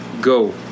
go